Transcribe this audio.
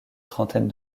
trentaine